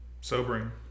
sobering